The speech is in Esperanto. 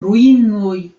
ruinoj